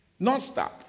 nonstop